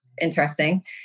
interesting